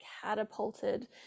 catapulted